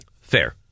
Fair